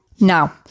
Now